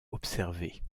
observées